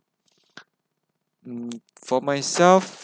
hmm for myself